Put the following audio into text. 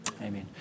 Amen